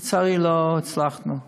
לצערי, לא הצלחנו.